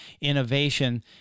innovation